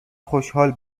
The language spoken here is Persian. خوشحال